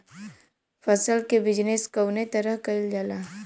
फसल क बिजनेस कउने तरह कईल जाला?